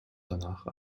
danach